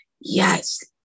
Yes